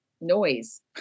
noise